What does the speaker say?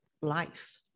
life